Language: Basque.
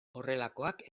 horrelakoak